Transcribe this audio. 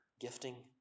gifting